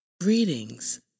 greetings